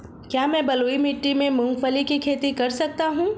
क्या मैं बलुई मिट्टी में मूंगफली की खेती कर सकता हूँ?